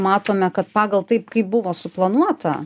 matome kad pagal tai kaip buvo suplanuota